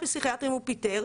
פסיכיאטרים הוא פיטר.